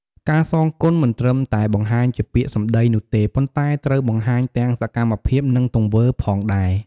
ការសងគុណមិនត្រឹមតែបង្ហាញជាពាក្យសម្ដីនោះទេ ប៉ុន្តែត្រូវបង្ហាញទាំងសកម្មភាពនិង ទង្វើផងដែរ។